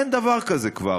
אין דבר כזה כבר.